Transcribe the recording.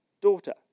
daughter